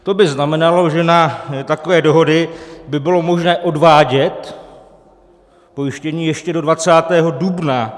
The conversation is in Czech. To by znamenalo, že na takové dohody by bylo možné odvádět pojištění ještě do 20. dubna.